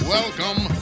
Welcome